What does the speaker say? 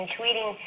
tweeting